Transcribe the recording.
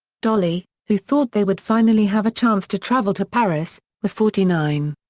dolley, who thought they would finally have a chance to travel to paris, was forty nine.